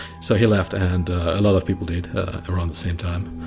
so he left and a lot of people did around the same time.